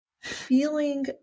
feeling